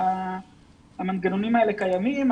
המנגנונים האלה קיימים.